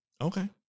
Okay